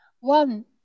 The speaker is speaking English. One